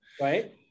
right